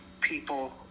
people